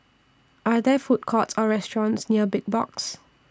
Are There Food Courts Or restaurants near Big Box